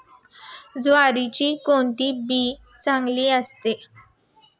ज्वारीचे कोणते बी चांगले असते?